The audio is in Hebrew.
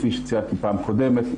כפי שציינתי בפעם הקודמת,